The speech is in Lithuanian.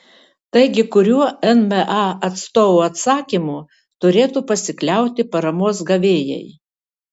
taigi kuriuo nma atstovų atsakymu turėtų pasikliauti paramos gavėjai